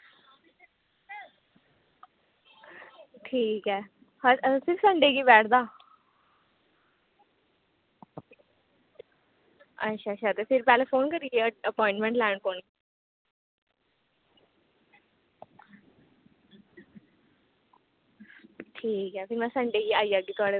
ठीक ऐ हर संडे गी बैठदा अच्छा अच्छा ते फिर पैह्लैं फोन करियै अपोइनमैंट लैना पौनी ठीक ऐ ते फ्ही में संडे गी आई जाह्गी थुआढ़े कोल